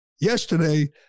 yesterday